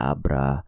Abra